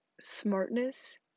smartness